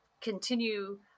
continue